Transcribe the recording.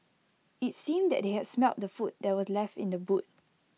IT seemed that they had smelt the food that were left in the boot